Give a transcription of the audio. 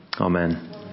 Amen